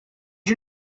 you